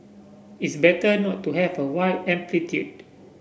it's better not to have a wide amplitude